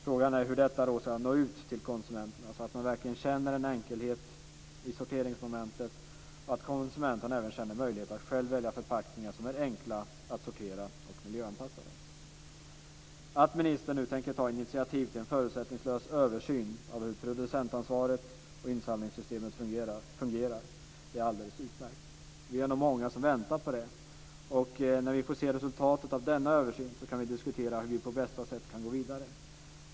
Frågan är hur detta ska nå ut till konsumenterna, så att de verkligen känner att sorteringsmomentet är enkelt och att de själva har möjlighet att välja förpackningar som är enkla att sortera och som är miljöanpassade. Att ministern nu tänker ta initiativ till en förutsättningslös översyn av hur producentansvaret och insamlingssystemet fungerar är alldeles utmärkt. Vi är nog många som väntar på det. När vi får se resultatet av denna översyn, kan vi diskutera hur vi på bästa sätt kan gå vidare.